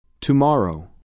Tomorrow